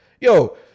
yo